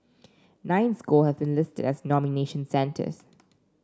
nine school have been listed as nomination centres